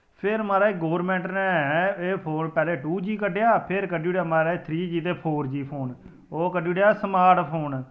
फिर महाराज गौरमेंट ने एह् फोन पैह्लें टू जी कड्डेआ फिर कड्ढी ओड़ेआ महाराज थ्री जी ते फोर जी फोन ओह् कड्ढी ओड़ेआ स्मार्ट फोन